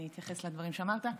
אני אתייחס לדברים שאמרת.